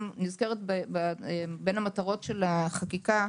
גם נזכרת במטרות החקיקה,